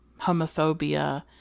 Homophobia